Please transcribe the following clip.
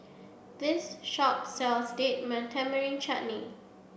this shop sells Date Tamarind Chutney